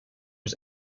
was